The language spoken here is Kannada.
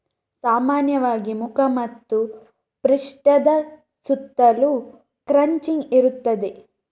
ಸಾಮಾನ್ಯವಾಗಿ ಮುಖ ಮತ್ತು ಪೃಷ್ಠದ ಸುತ್ತಲೂ ಕ್ರಚಿಂಗ್ ಇರುತ್ತದೆ